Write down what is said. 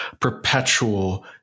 perpetual